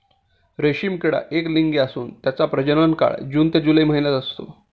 रेशीम किडा एकलिंगी असून त्याचा प्रजनन काळ जून जुलै महिन्यात असतो